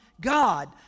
God